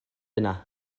yna